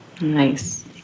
Nice